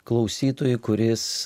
klausytojui kuris